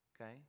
Okay